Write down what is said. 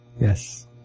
Yes